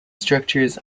structures